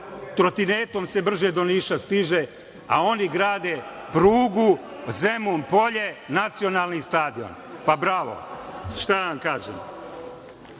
Trotinetom se brže do Niša stiže, a oni grade prugu Zemun polje - nacionalni stadion. Pa bravo. Šta da vam